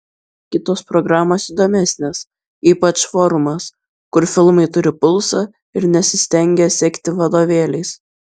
kitos programos įdomesnės ypač forumas kur filmai turi pulsą ir nesistengia sekti vadovėliais